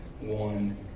one